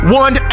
one